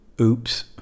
Oops